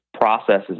processes